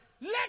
Let